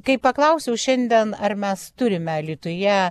kai paklausiau šiandien ar mes turime alytuje